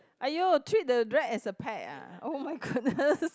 !aiyo! treat the rat as the pet ah oh my goodness